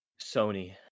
sony